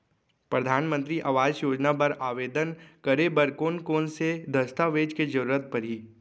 परधानमंतरी आवास योजना बर आवेदन करे बर कोन कोन से दस्तावेज के जरूरत परही?